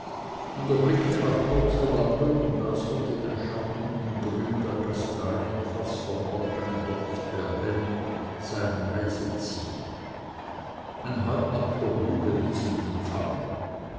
und erblickte nach kurzer wanderung das unter dem schattenden grün der kastanien fast verborgene dorf berbenn sein reiseziel ein halbnackter bube wies ihm die pfarre